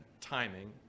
timing